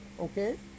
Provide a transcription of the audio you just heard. Okay